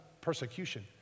persecution